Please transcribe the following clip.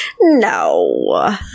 no